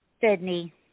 Sydney